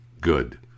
Good